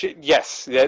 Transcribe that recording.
Yes